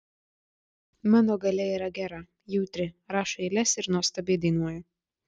mano galia yra gera jautri rašo eiles ir nuostabiai dainuoja